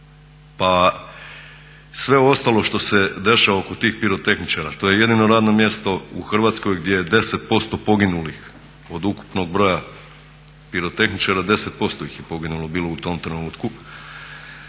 pa sve ostalo što se dešava oko tih pirotehničara. To je jedino radno mjesto u Hrvatskoj gdje je 10% poginulih od ukupnog broja pirotehničara 10% ih je poginulo bilo u tom trenutku.